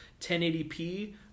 1080p